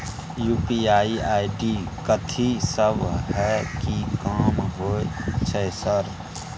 UPI ID कथि सब हय कि काम होय छय सर?